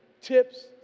tips